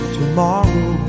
tomorrow